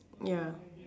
ya